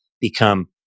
become